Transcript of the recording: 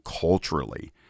culturally